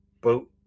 boat